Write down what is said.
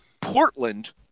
Portland